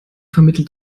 vermittelt